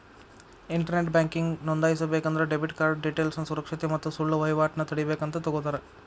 internet banking ನೋಂದಾಯಿಸಬೇಕಂದ್ರ debit card ಡೇಟೇಲ್ಸ್ನ ಸುರಕ್ಷತೆ ಮತ್ತ ಸುಳ್ಳ ವಹಿವಾಟನ ತಡೇಬೇಕಂತ ತೊಗೋತರ